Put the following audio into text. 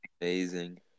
Amazing